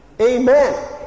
Amen